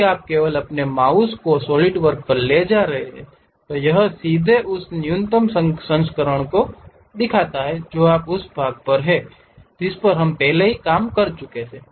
यदि आप केवल अपने माउस को सॉलिडवर्क पर ले जा रहे हैं तो यह सीधे उस न्यूनतम संस्करण को दिखाता है जो उस भाग पर है जिस पर हम पहले ही काम कर चुके हैं